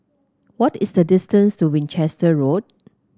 what is the distance to Winchester Road